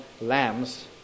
lambs